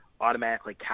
automatically